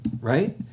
right